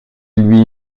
lui